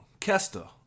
Kesta